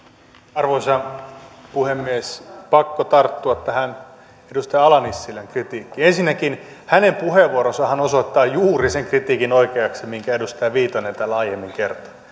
arvoisa puhemies pakko tarttua tähän edustaja ala nissilän kritiikkiin ensinnäkin hänen puheenvuoronsahan osoittaa juuri sen kritiikin oikeaksi minkä edustaja viitanen täällä aiemmin kertoi